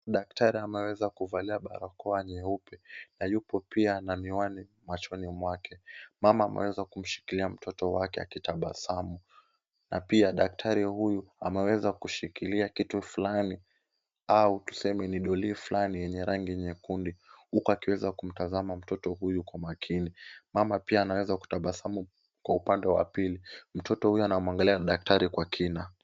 Daktari ameweza kuvalia barakoa nyeupe na yupo pia na miwani machoni mwake. Mama ameweza kumshikilia mtoto wake akitabasamu na pia daktari huyu ameweza kushikilia kitu fulani au tuseme ni doli fulani yenye rangi nyekundu, huku akiweza kumtazama mtoto huyu kwa makini. Mama pia anaweza kutabasamu kwa upande wa pili. Mtoto huyu anamwangalia daktari kwa kina.